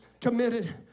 committed